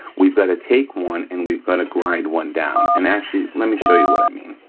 we've gotta take one and we've gotta grind one down. and actually, let me show you what i mean.